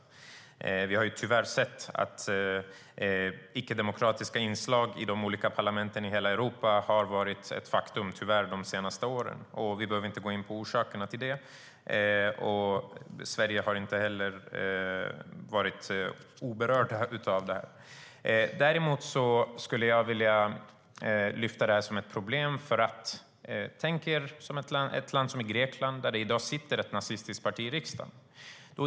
Men vi har tyvärr sett att icke-demokratiska inslag har varit ett faktum de senaste åren i de olika parlamenten i hela Europa. Vi behöver inte gå in på orsakerna till det. Sverige har inte heller varit oberört av detta. Jag skulle vilja lyfta fram detta som ett problem. Tänk er ett land som Grekland, där det i dag sitter ett nazistiskt parti i parlamentet.